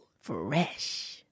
Fresh